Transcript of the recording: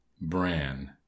bran